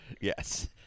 Yes